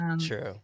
true